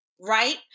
Right